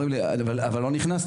אומרים לי: אבל לא נכנסת,